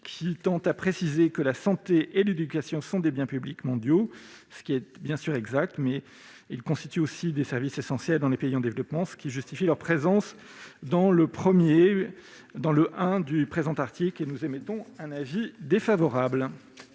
205 tend à préciser que la santé et l'éducation sont des biens publics mondiaux. C'est exact, mais ceux-ci constituent aussi des services essentiels dans les pays en développement, ce qui justifie leur présence dans le 1° du présent article. L'avis de la commission est donc défavorable.